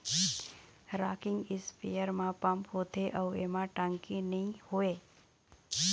rocking spare म pump होथे अउ एमा टंकी नइ होवय